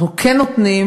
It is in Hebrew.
אנחנו כן נותנים